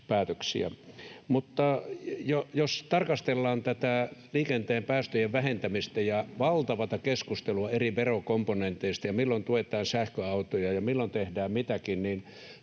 jos tarkastellaan tätä liikenteen päästöjen vähentämistä ja valtavaa keskustelua eri verokomponenteista ja siitä, milloin tuetaan sähköautoja ja milloin tehdään mitäkin, niin